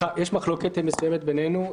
מחלוקת מסוימת בינינו,